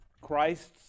Christ's